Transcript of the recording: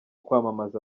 kwamamaza